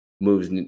moves